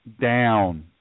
down